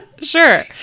sure